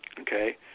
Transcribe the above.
Okay